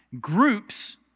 groups